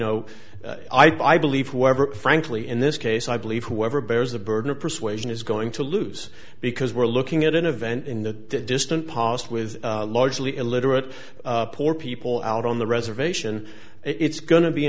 know i believe whoever frankly in this case i believe whoever bears the burden of persuasion is going to lose because we're looking at an event in the distant past with largely illiterate poor people out on the reservation it's go